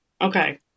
Okay